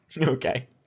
Okay